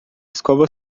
escova